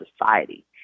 society